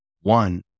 One